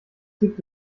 gibt